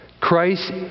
Christ